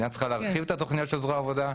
המדינה צריכה להרחיב את התכניות של זרוע העבודה,